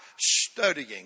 studying